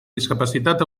discapacitat